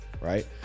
Right